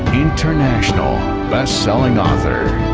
international best-selling author.